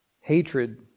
Hatred